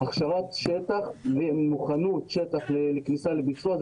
הוא הכשרת השטח ומוכנות השטח לכניסה לביצוע.